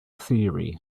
theory